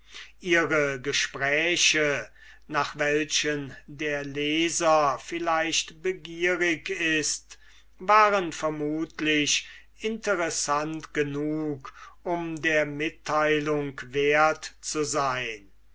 ihre gespräche nach welchen der leser vielleicht begierig ist waren vermutlich interessant genug um der mitteilung wert zu sein